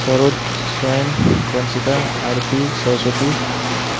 Saroj Swayam Bansika Aarti Saraswati